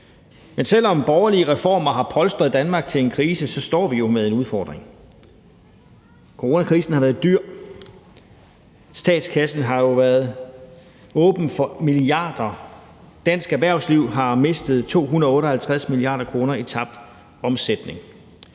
Men selv om borgerlige reformer har polstret Danmark til en krise, står vi jo med en udfordring: Coronakrisen har været dyr. Statskassen har været åben for milliarder, dansk erhvervsliv har mistet 258 mia. kr. i tabt omsætning,